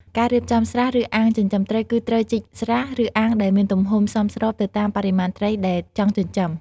ការរៀបចំស្រះ ឬអាងចិញ្ចឹមត្រី គឺត្រូវជីកស្រះ ឬអាងដែលមានទំហំសមស្របទៅតាមបរិមាណត្រីដែលចង់ចិញ្ចឹម។